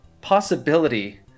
possibility